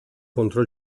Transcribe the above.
contro